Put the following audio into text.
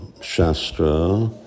Shastra